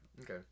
Okay